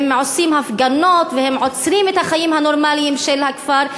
הם עושים הפגנות והם עוצרים את החיים הנורמליים של הכפר.